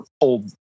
old